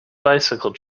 bicycle